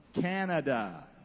Canada